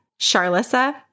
Charlissa